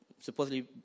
supposedly